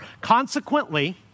Consequently